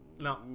No